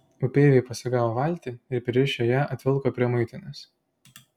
upeiviai pasigavo valtį ir pririšę ją atvilko prie muitinės